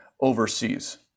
overseas